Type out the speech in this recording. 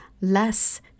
less